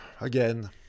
again